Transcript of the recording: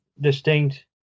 distinct